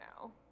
now